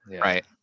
right